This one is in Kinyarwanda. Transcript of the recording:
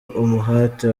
umuhate